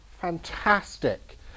fantastic